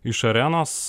iš arenos